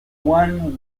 one